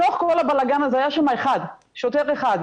בתוך כל הבלגן הזה היה שם שוטר אחד,